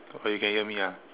okay you can me ah